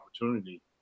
opportunity